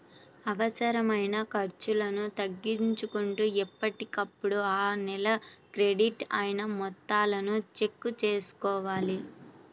అనవసరమైన ఖర్చులను తగ్గించుకుంటూ ఎప్పటికప్పుడు ఆ నెల క్రెడిట్ అయిన మొత్తాలను చెక్ చేసుకోవాలి